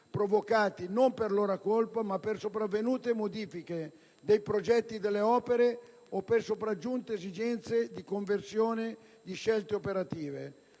provocati non da una loro colpa, ma da sopravvenute modifiche dei progetti delle opere o da sopraggiunte esigenze di conversione di scelte operative,